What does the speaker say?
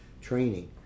training